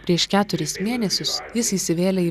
prieš keturis mėnesius jis įsivėlė į